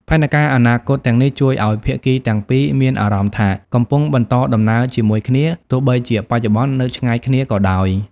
ផែនការអនាគតទាំងនេះជួយឱ្យភាគីទាំងពីរមានអារម្មណ៍ថា កំពុងបន្តដំណើរជាមួយគ្នា ទោះបីជាបច្ចុប្បន្ននៅឆ្ងាយគ្នាក៏ដោយ។